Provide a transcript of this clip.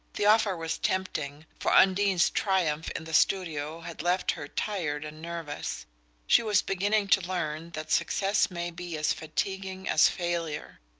the offer was tempting, for undine's triumph in the studio had left her tired and nervous she was beginning to learn that success may be as fatiguing as failure.